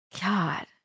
God